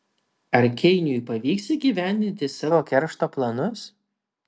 ar keiniui pavyks įgyvendinti savo keršto planus